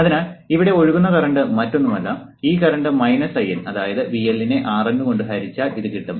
അതിനാൽ ഇവിടെ ഒഴുകുന്ന കറന്റ് മറ്റൊന്നുമല്ല ഈ കറന്റ് IN അതായത് VL നെ RN കൊണ്ട് ഹരിച്ചാൽ ഇത് കിട്ടും